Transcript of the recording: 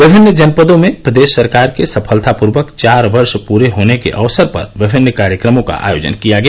विभिन्न जनपदों में प्रदेश सरकार के सफलतापूर्वक चार वर्ष पूरे होने के अवसर पर विभिन्न कार्यक्रमों का आयोजन किया गया